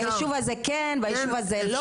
ביישוב הזה כן וביישוב הזה לא.